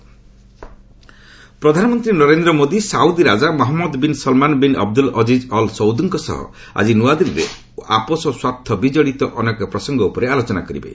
PM Saudi ପ୍ରଧାନମନ୍ତ୍ରୀ Narendra Modi Saudi ରାଜା Mohammed bin Salman bin Abdul Aziz ଅଅସୌଦ୍ଙ୍କ ସହ ଆଜି ନୂଆଦିଲ୍ଲୀରେ ଆପୋଷ ସ୍ୱାର୍ଥ ବିଜଡ଼ିତ ଅନେକ ପ୍ରସଙ୍ଗ ଉପରେ ଆଲୋଚନା କରିବେ